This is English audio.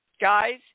guys